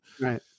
right